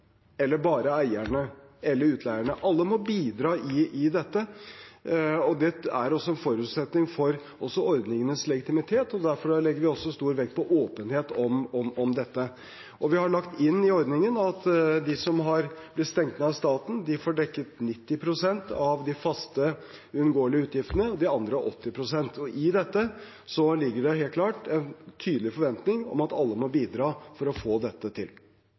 eller bare eierne eller utleierne – alle må bidra i dette. Det er også en forutsetning for ordningenes legitimitet, og derfor legger vi så stor vekt på åpenhet om dette. Vi har lagt inn i ordningen at de som blir stengt ned av staten, får dekket 90 pst. av de faste, unngåelige utgiftene, de andre 80 pst. I dette ligger det helt klart en tydelig forventning om at alle må bidra for å få dette til.